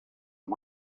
and